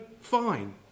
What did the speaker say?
fine